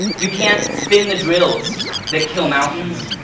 you can't spin the drills that kill mountains,